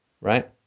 right